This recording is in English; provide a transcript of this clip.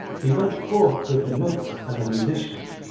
he went forth with the monks and the musicians,